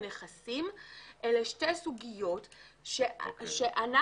עסקאות משותפות ושותפות בנכסים אלה שתי סוגיות שאנחנו,